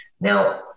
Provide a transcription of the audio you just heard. Now